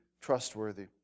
trustworthy